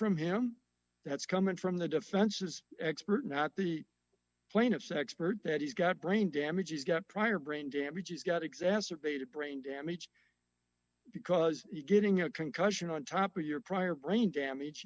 from him that's coming from the defense's expert not the plaintiff's expert patti's got brain damage she's got prior brain damage she's got exacerbated brain damage because you getting a concussion on top of your prior brain damage